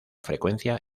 frecuencia